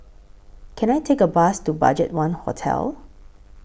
Can I Take A Bus to BudgetOne Hotel